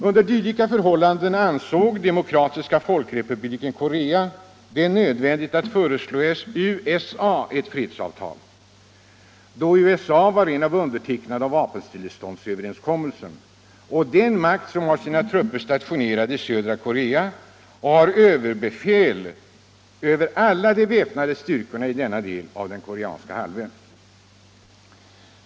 Under dylika förhållanden ansåg Demokratiska folkrepubliken Korea det nödvändigt att föreslå USA ett fredsavtal, då USA är en av undertecknarna av vapenstilleståndsöverenskommelsen och den makt som har sina trupper stationerade i södra Korea och har överbefäl över alla de väpnade styrkorna i denna del av den koreanska halvön.